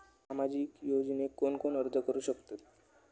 सामाजिक योजनेक कोण कोण अर्ज करू शकतत?